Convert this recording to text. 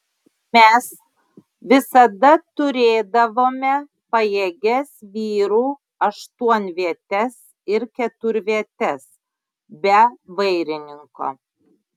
mes visada turėdavome pajėgias vyrų aštuonvietes ir keturvietes be vairininko